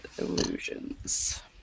illusions